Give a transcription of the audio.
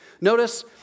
Notice